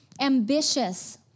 ambitious